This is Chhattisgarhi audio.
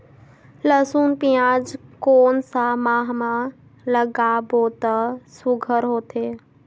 लसुन पियाज कोन सा माह म लागाबो त सुघ्घर होथे?